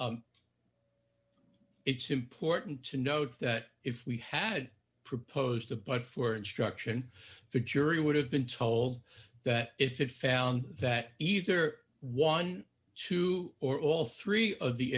f it's important to note that if we had proposed to but for instruction the jury would have been told that if it found that either one or two or all three of the